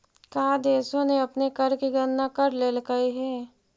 का देशों ने अपने कर की गणना कर लेलकइ हे